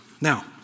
Now